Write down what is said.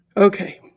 Okay